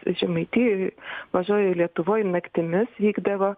žemaitijoj mažojoj lietuvoj naktimis vykdavo